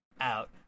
out